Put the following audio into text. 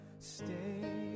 stay